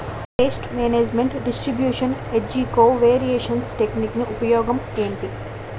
paste management distribution ఏజ్జి covariance technique ఉపయోగం ఏంటి